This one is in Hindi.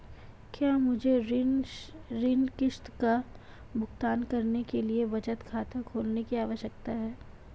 क्या मुझे ऋण किश्त का भुगतान करने के लिए बचत खाता खोलने की आवश्यकता है?